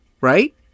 right